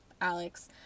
Alex